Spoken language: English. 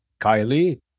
Kylie